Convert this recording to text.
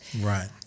Right